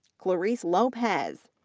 clarice lopez,